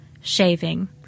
shaving